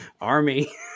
Army